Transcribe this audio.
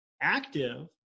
active